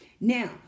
Now